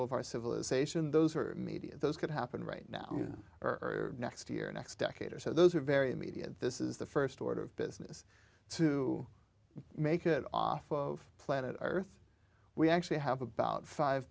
of our civilization those are media those could happen right now or next year or next decade or so those are very immediate this is the st order of business to make it off of planet earth we actually have about five